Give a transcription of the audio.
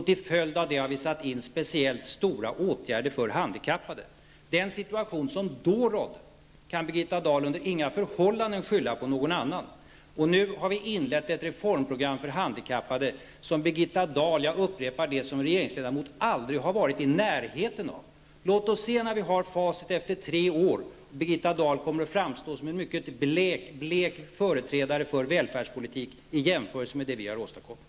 Till följd av detta har vi vidtagit speciellt stora åtgärder för handikappade. Den situation som då rådde kan Birgitta Dahl under inga förhållanden skylla på någon annan. Nu har vi inlett ett reformprogram för de handikappade som Birgitta Dahl, jag upprepar det, som regeringsledamot aldrig har varit i närheten av. Låt oss se när vi efter tre år har facit om inte Birgitta Dahl kommer att framstå som en mycket blek företrädare för välfärdspolitik i jämförelse med vad vi har åstadkommit.